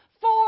Four